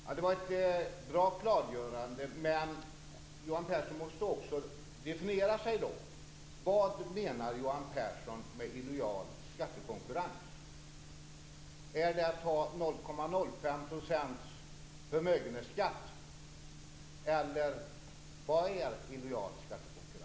Fru talman! Det var ett bra klargörande. Men Johan Pehrson måste också definiera vad han menar med illojal skattekonkurrens. Är det att ha 0,05 % förmögenhetsskatt? Vad är illojal skattekonkurrens?